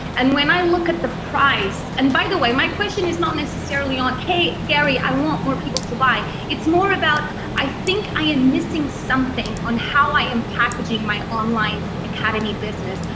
and when i look at the price, and by the way, my question is not necessarily on, hey gary i want more people to buy, it's more about, i think i am missing something on how i am packaging my online academy business.